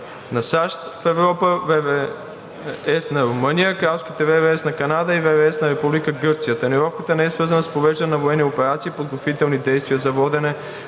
на САЩ в Европа, ВВС на Румъния, Кралските ВВС на Канада и ВВС на Република Гърция. Тренировката не е свързана с провеждането на военни операции, подготвителни действия за водене